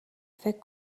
فکر